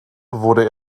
wurde